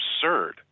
absurd